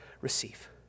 receive